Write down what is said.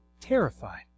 terrified